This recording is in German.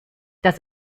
das